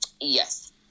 Yes